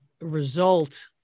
result